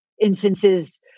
instances